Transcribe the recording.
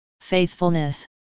faithfulness